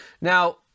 now